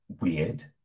weird